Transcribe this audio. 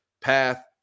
path